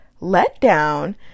letdown